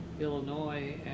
Illinois